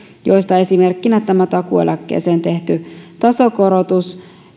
korotuksista esimerkkinä tämä takuueläkkeeseen tehty tasokorotus